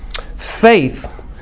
Faith